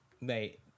Mate